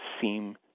seem